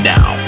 Now